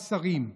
ארבעה שרים.